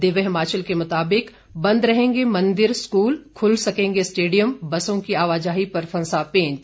दिव्य हिमाचल के मुताबिक बंद रहेंगे मंदिर स्कूल खुल सकेंगे स्टेडियम बसों की आवाजाही पर फंसा पेंच